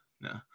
no